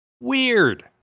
Weird